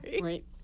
right